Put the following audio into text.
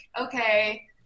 okay